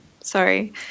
Sorry